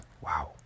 wow